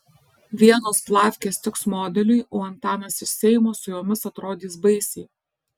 vienos plavkės tiks modeliui o antanas iš seimo su jomis atrodys baisiai